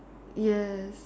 yes